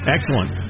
Excellent